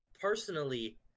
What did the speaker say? personally